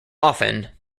often